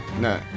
No